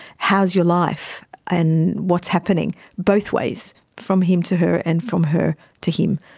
how's your life and what's happening? both ways, from him to her and from her to him.